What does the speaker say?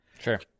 Sure